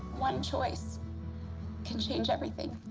one choice can change everything.